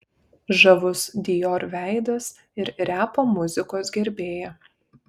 žavus dior veidas ir repo muzikos gerbėja